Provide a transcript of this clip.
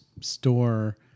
store